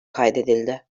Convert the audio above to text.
kaydedildi